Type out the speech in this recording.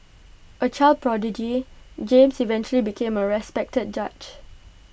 A child prodigy James eventually became A respected judge